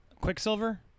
Quicksilver